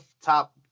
top